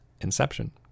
Inception